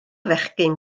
fechgyn